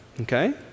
okay